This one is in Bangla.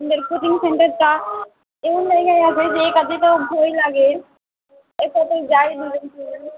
আমাদের কোচিং সেন্টারটা এমন জায়গায় আছে যে একা যেতেও ভয় লাগে একসাথেই যাই দু জন তিন জনে